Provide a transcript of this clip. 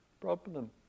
problem